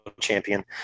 Champion